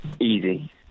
Easy